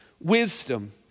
wisdom